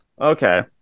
Okay